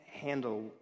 handle